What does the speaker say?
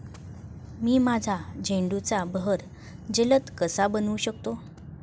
मी माझ्या झेंडूचा बहर जलद कसा बनवू शकतो?